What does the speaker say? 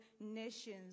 nations